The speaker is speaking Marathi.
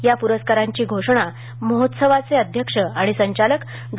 या प्रस्कारांची घोषणा महोत्सवाचे अध्यक्ष आणि संचालक डॉ